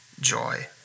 joy